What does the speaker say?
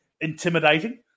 intimidating